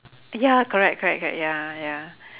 ya correct correct correct ya ya